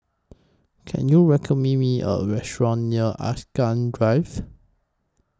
Can YOU Me Me A Restaurant near Angsana Drive